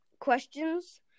questions